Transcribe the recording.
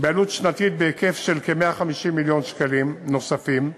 בעלות שנתית בהיקף של כ-150 מיליון שקלים נוספים.